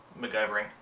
MacGyvering